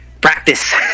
practice